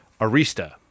Arista